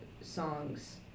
songs